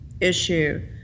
issue